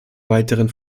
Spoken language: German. weiteren